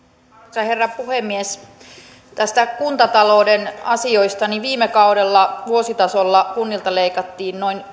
arvoisa herra puhemies näistä kuntatalouden asioista viime kaudella vuositasolla kunnilta leikattiin noin